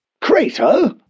Crater